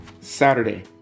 Saturday